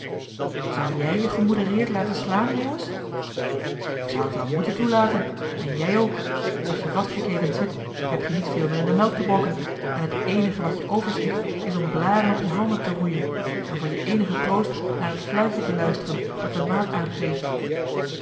zou jij je gemoedereerd laten slaan meeuwis k zou het wel moeten toelaten en jij ook als je vastgeketend zit heb-je niet veel meer in de melk te brokken en t eenige wat je overschiet is om blaren op je handen te roeien en voor je eenigen troost naar het fluitje te luisteren dat de maat aangeeft